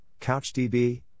CouchDB